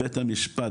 בית המשפט,